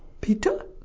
peter